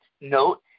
Note